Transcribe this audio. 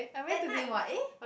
at night what eh